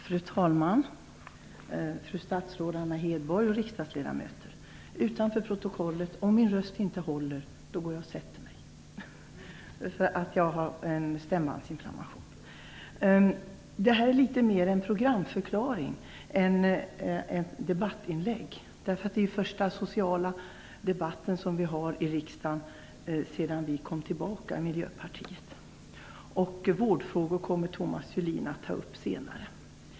Fru talman! Fru statsrådet Anna Hedborg, riksdagsledamöter! Vad jag här vill säga är mera en programförklaring än ett debattinlägg. Det är ju den första sociala debatten i riksdagen sedan vi i Miljöpartiet kom tillbaka till riksdagen. Vårdfrågorna kommer Thomas Julin att ta upp senare i debatten här.